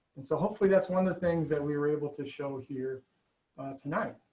and so hopefully that's one of the things that we were able to show here tonight.